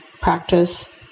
practice